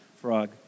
Frog